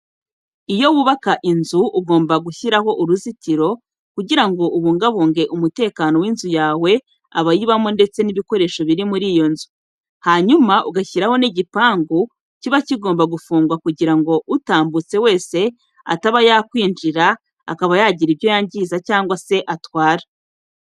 Iyo wubaka inzu ugomba no gushyiraho uruzitiro kugira ngo ubungabunge umutekano w'inzu yawe abayibamo ndetse n'ibikoresho biri muri iyo nzu. Hanyuma ugashyiraho n'igipangu kiba kigomba gufungwa kugira ngo utambutse wese ataba yakwinjira akaba yagira ibyo yangiza cyangwa se atwara.